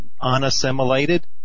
unassimilated